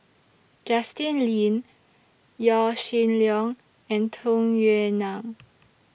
Justin Lean Yaw Shin Leong and Tung Yue Nang